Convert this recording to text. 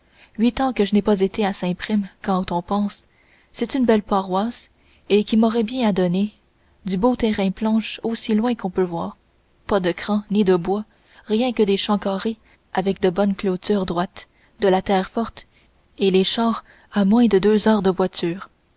huit ans que je n'ai pas été à saint prime quand on pense c'est une belle paroisse et qui m'aurait bien adonné du beau terrain planche aussi loin qu'on peut voir pas de crans ni de bois rien que des champs carrés avec de bonnes clôtures droites de la terre forte et les chars à moins de deux heures de voiture